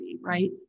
right